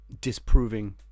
disproving